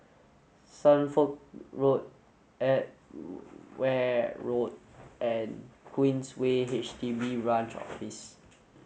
Suffolk Road Edgware Road and Queensway H D B Branch Office